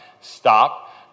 stop